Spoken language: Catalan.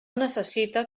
necessite